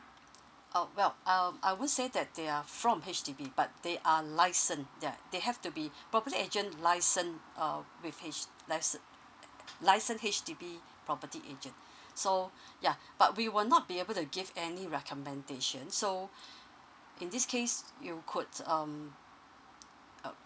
oh well um I wouldn't say that they are from H_D_B but they are license ya they have to be probably agent license err with H license license H_D_B property agent so yeah but we will not be able to give any recommendation so in this case you could um uh